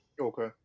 okay